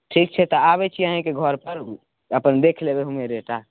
ठीक छै तऽ आबै छी अहीँके घरपर अपन देख लेबै हूँवें रेट आर